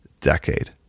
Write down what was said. decade